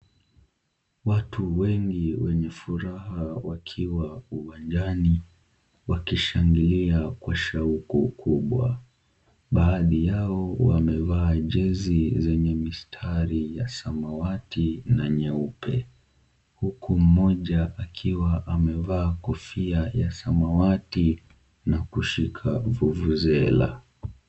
Watu wengi wenye furaha wakiwa uwanjani wakishangilia kwa shauku kubwa. Baadhi yao wamevaa jezi zenye mistari ya samawati na nyeupe huku mmoja akiwa amevaa kofia ya samawati na kushika vuvuzela .